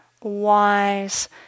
wise